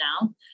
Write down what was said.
now